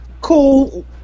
cool